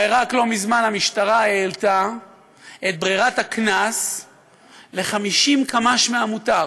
הרי רק לא מזמן המשטרה העלתה את ברירת הקנס ל-50 קמ"ש מהמותר.